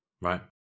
Right